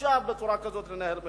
אי-אפשר בצורה כזאת לנהל מדינה.